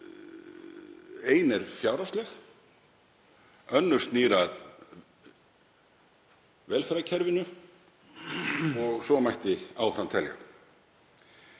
ein er fjárhagsleg, önnur snýr að velferðarkerfinu og svo mætti áfram telja.